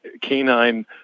canine